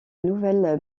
nouvelle